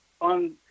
on